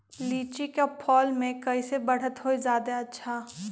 लिचि क फल म कईसे बढ़त होई जादे अच्छा?